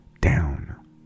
down